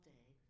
day